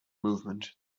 movement